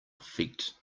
feet